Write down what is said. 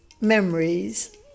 memories